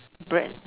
bread